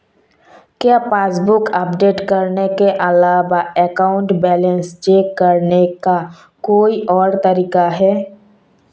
क्या passbook update करने के अलावा अकाउंट बैलेंस चेक करने का कोई और तरीका है?